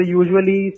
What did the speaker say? usually